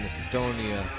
Estonia